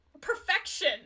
Perfection